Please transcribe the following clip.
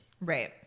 right